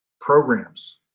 programs